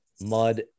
mud